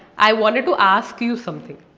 i wanted to ask you something.